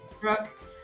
Brooke